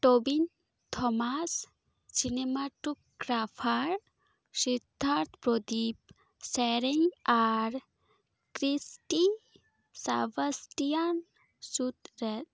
Tobin Thomas cinematographer Siddharth Pradeep ᱥᱮᱨᱮᱧ ᱟᱨ ᱠᱨᱤᱥᱴᱤ ᱥᱮᱵᱟᱴᱤᱭᱟᱱ ᱥᱩᱛᱨᱮᱫ